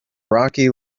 rocky